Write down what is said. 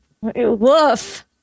Woof